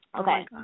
Okay